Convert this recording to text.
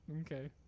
Okay